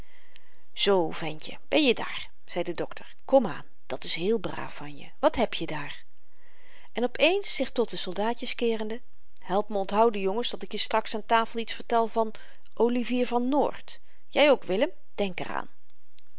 zoo ventje ben je daar zei de dokter komaan dat's heel braaf van je wat heb je daar en op eens zich tot de soldaatjes keerende help me onthouden jongens dat ik je straks aan tafel iets vertel van olivier van noort jy ook willem denk er aan